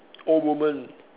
old woman